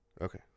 Okay